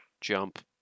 jump